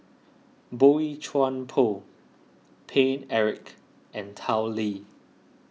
Boey Chuan Poh Paine Eric and Tao Li